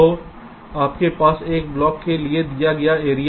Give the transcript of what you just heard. तो आपके पास एक ब्लॉक के लिए दिया गया एरिया है